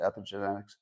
epigenetics